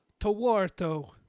Tawarto